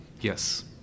Yes